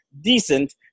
decent